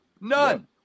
None